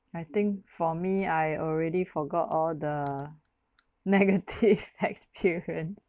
I think for me I already forgot all the negative experience